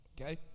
Okay